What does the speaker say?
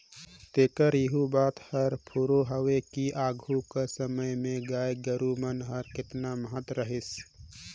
तेकर एहू बात हर फुरों हवे कि आघु कर समे में गाय गरू मन कर केतना महत रहिस